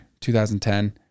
2010